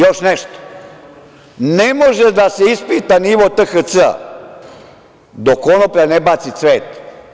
Još nešto, ne može da se ispita nivo THC dok konoplja ne baci cvet.